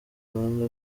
rwanda